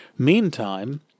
Meantime